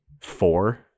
Four